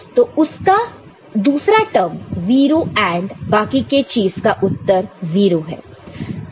तो दूसरा term 0 AND बाकी के चीज का उत्तर 0 है